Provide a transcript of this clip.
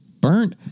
Burnt